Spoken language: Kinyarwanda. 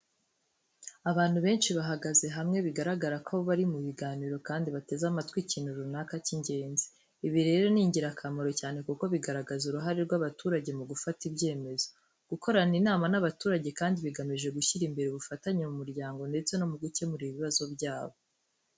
Abantu benshi bahagaze hamwe, bigaragara ko bari mu biganiro kandi bateze amatwi ikintu runaka cy’ingenzi. Ibi rero ni ingirakamaro cyane kuko bigaragaza uruhare rw’abaturage mu gufata ibyemezo. Gukorana inama n’abaturage kandi bigamije gushyira imbere ubufatanye mu muryango ndetse no mu gukemura ibibazo byabo.